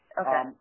Okay